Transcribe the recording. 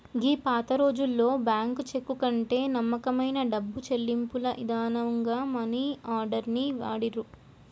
గీ పాతరోజుల్లో bank cheque కంటే నమ్మకమైన డబ్బు చెల్లింపుల ఇదానంగా మనీ ఆర్డర్ ని వాడిర్రు